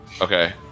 Okay